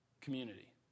community